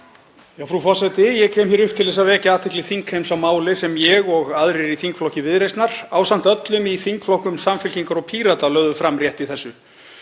Frú forseti. Ég kem hér upp til að vekja athygli þingheims á máli sem ég og aðrir í þingflokki Viðreisnar, ásamt öllum í þingflokkum Samfylkingar og Pírata, lögðum fram rétt í þessu.